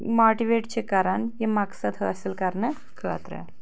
motivate چھِ کران یہِ مقصد حٲصل کرنہٕ خٲطرٕ